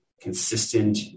consistent